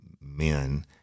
men